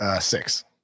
Six